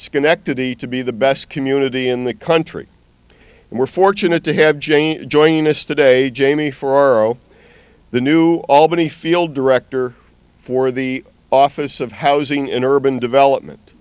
schenectady to be the best community in the country and we're fortunate to have jane joining us today jamie for our o the new albany field director for the office of housing and urban development